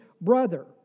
brother